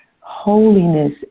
holiness